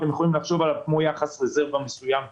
כמו יחס רזרבה מסוים בבנק,